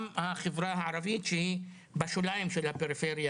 גם בחברה הערבית שהיא בשוליים של הפריפריה